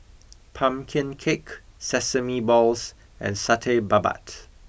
Pumpkin Cake Sesame Balls and Satay Babat